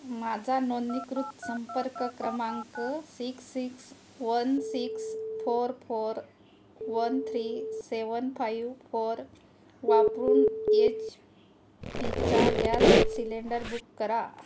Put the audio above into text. माझा नोंदणीकृत संपर्क क्रमांक six six one six four four one three seven five four वापरून एच पीचा गॅस सिलेंडर बुक करा